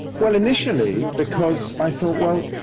well, initially. because i thought, well,